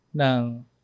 ng